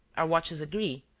our watches agree.